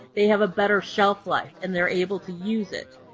they have a better shelf life and they're able to use it.